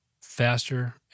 faster